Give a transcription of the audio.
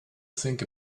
think